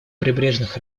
прибрежных